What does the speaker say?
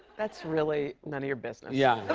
that's really none of your business. yeah.